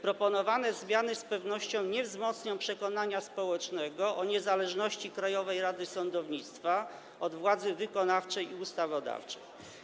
Proponowane zmiany z pewnością nie wzmocnią przekonania społecznego o niezależności Krajowej Rady Sądownictwa od władzy wykonawczej i ustawodawczej.